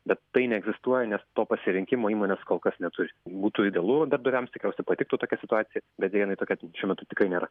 bet tai neegzistuoja nes to pasirinkimo įmonės kol kas neturi būtų idealu darbdaviams tikriausia patiktų tokia situacija bet deja jinai tokia šiuo metu tikrai nėra